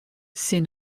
ces